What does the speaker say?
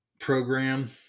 program